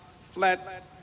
flat